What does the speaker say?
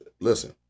listen